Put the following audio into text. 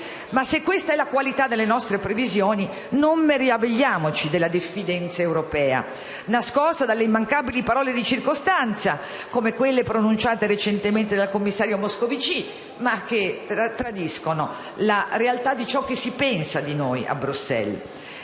Ma se questa è la qualità delle nostre previsioni, non meravigliamoci della diffidenza europea, nascosta dalle immancabili parole di circostanza, come quelle pronunciate recentemente dal commissario Moscovici, ma che tradiscono la realtà di ciò che si pensa di noi a Bruxelles.